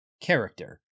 character